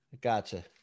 Gotcha